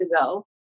ago